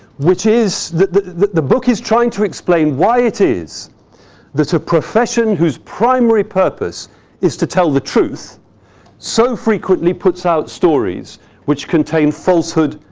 which is that the book is trying to explain why it is that a profession whose primary purpose is to tell the truth so frequently puts out stories which contain falsehood,